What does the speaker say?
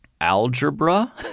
algebra